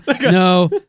No